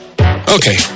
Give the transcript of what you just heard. Okay